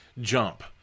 jump